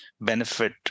benefit